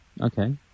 Okay